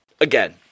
again